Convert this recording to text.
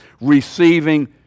receiving